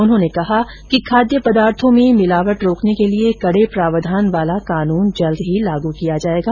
उन्होंने कहा कि खाद्य पदार्थों में मिलावट रोकने के लिए कड़े प्रावधान वाला कानून जल्द ही लागू किया जाएगा